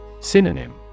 Synonym